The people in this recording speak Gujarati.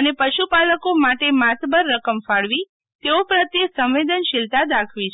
અને પશુપાલકો માટે માતબાર રકમ ફાળવી તેઓની પ્રત્યે સંવેદનશીલતા દાખવી છે